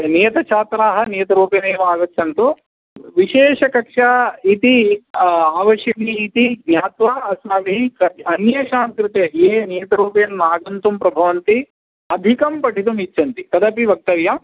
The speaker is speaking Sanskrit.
नियतछात्राः नियतरूपेण एव आगच्छन्तु विशेषकक्षा इति आवश्यकी इति ज्ञात्वा अस्माभिः अन्येषां कृते ये नियतरूपेण नागन्तुं प्रभवन्ति अधिकं पठितुम् इच्छन्ति तदपि वक्तव्यम्